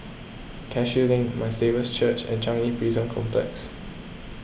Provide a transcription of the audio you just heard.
Cashew Link My Saviour's Church and Changi Prison Complex